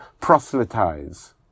proselytize